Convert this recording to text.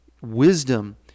wisdom